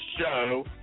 show